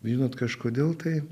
žinot kažkodėl tai